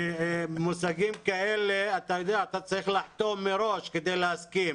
מושגים כאלה, אתה צריך לחתום מראש כדי להסכים